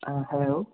ꯑꯥ ꯍꯥꯏꯌꯣ